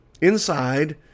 Inside